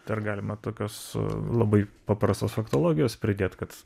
dar galima tokios labai paprastos faktologijos pridėt kad